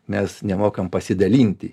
mes nemokame pasidalinti